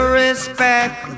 respect